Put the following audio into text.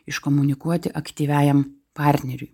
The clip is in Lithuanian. iškomunikuoti aktyviajam partneriui